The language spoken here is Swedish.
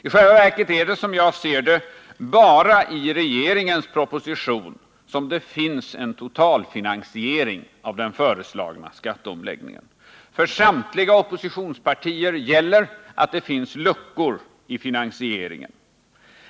I själva verket är det, enligt min mening, bara i regeringens proposition som det finns en totalfinansiering av den föreslagna skatteomläggningen. För samtliga oppositionspartier gäller att det finns luckor i finansieringen.